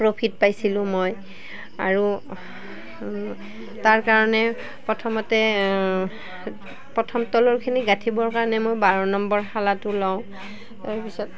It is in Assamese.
প্ৰফিট পাইছিলোঁ মই আৰু তাৰ কাৰণে প্ৰথমতে প্ৰথম তলৰখিনি গাঁঠিবৰ কাৰণে মই বাৰ নম্বৰ শলাটো লওঁ তাৰপিছত